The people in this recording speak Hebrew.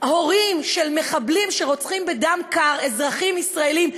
הורים של מחבלים שרוצחים בדם קר אזרחים ישראלים,